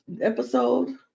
Episode